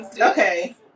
Okay